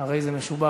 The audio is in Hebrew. הרי זה משובח.